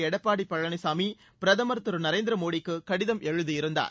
எடப்பாடி பழனிச்சாமி பிரதமர் திரு நரேந்திர மோடிக்கு கடிதம் எழுதியிருந்தார்